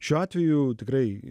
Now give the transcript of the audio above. šiuo atveju tikrai